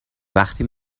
وقتی